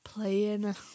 playing